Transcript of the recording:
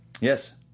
Yes